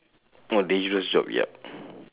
oh dangerous job ya